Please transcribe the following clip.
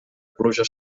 pluja